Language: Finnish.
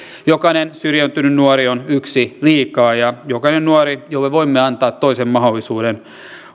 jokainen syrjäytynyt nuori on yksi liikaa ja jokainen nuori jolle voimme tarjota toisen mahdollisuuden